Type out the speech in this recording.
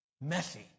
messy